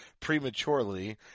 prematurely